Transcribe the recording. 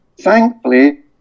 Thankfully